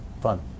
fun